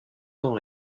temps